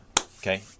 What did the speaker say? Okay